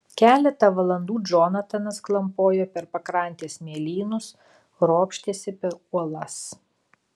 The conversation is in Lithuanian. keletą valandų džonatanas klampojo per pakrantės smėlynus ropštėsi per uolas